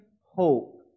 hope